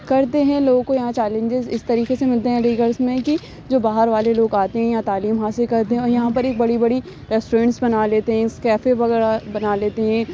کرتے ہیں لوگوں کو یہاں چیلینجز اس طریقے سے ملتے ہیں علی گڑھس میں کہ جو باہر والے لوگ آتے ہیں یہاں تعلیم حاصل کرتے ہیں اور یہاں پر ایک بڑی بڑی ریسٹورینٹس بنا لیتے ہیں اس کیفے وغیرہ بنا لیتے ہیں